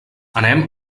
anem